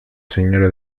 señora